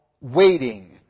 waiting